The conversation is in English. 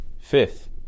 Fifth